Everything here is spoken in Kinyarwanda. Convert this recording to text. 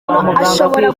ashobora